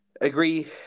agree